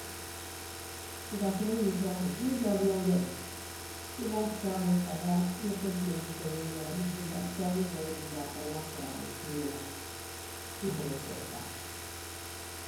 I ka a soroŋ nuŋ caaboo la niŋ caabi lewube loŋ, i be a caaboo taa la i lafita duŋ na buŋo kono, i ye i laa i ye bundaa i ye caaboo bula bundaa la i ye soroŋ a ye naki i ye i laa, i ye a koroose a ye taa.